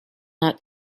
not